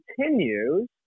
continues